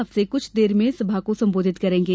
अब से कुछ देर में सभा को संबोधित करेंगे